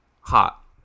hot